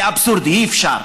זה אבסורדי, אי-אפשר.